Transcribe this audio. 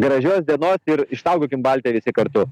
gražios dienos ir išsaugokim baltiją visi kartu